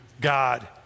God